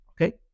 Okay